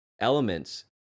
elements